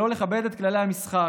של לא לכבד את כללי המשחק,